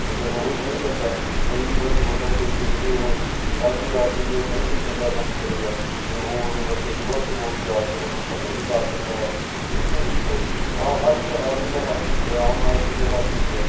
ਅਗਰ ਉਹ ਹੀ ਨਹੀਂ ਕਰਦਾ ਤਾਂ ਅਗਲੀ ਵਾਰੀ ਵੋਟਾਂ ਨੂੰ ਤੁਸੀਂ ਦੇਖਦੇ ਹੋ ਕਿ ਹਰ ਕੋਈ ਆਦਮੀ ਜੋ ਨਹੀਂ ਕੋਈ ਚੰਗਾ ਕੰਮ ਕਰੇਗਾ ਤਾਂ ਉਹ ਰਿਵਰਸ ਰਿਵਰਸ ਵੋਟ ਜਾ ਕੇ ਉਹਨੂੰ ਥੱਲੇ ਵੀ ਉਤਾਰ ਸਕਦਾ ਹੈ ਇਹ ਅਤੇ ਇੱਕ ਆਹ ਹਰ ਇੱਕ ਆਦਮੀ ਦੇ ਹੱਥ ਵਿੱਚ ਹੈ ਆਮ ਆਦਮੀ ਦੇ ਹੱਥ ਵਿੱਚ ਹੈ